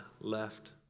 left